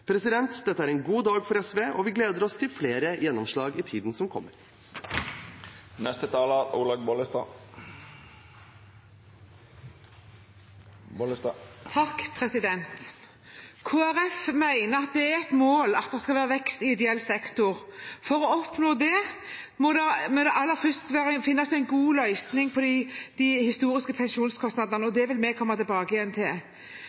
Dette er en god dag for SV, og vi gleder oss til flere gjennomslag i tiden som kommer. Kristelig Folkeparti mener at det er et mål at det skal være vekst i ideell sektor. For å oppnå det må det aller først finnes en god løsning på de historiske pensjonskostnadene, og det vil vi komme tilbake til.